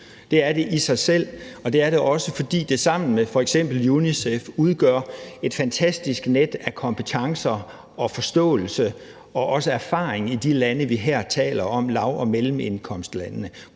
Det er det i sig selv, og det er det også, fordi det sammen med f.eks. UNICEF udgør et fantastisk net af kompetencer og forståelse og også erfaring i de lande, vi her taler om, altså lav- og mellemindkomstlandene.